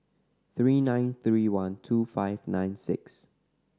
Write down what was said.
three nine three one two five nine six